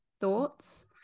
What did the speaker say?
thoughts